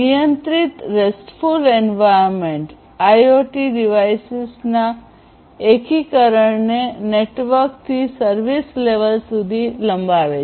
નિયંત્રિત restful environment IoT ડિવાઇસીસના એકીકરણને નેટવર્કથી સર્વિસ લેવલ સુધી લંબાવે છે